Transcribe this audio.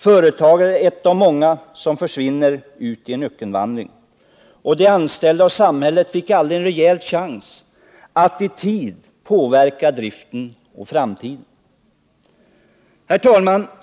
Företaget är ett av många som försvinner ut i en ökenvandring. De anställda och samhället fick aldrig en rejäl chans att i tid påverka driften och framtiden. Herr talman!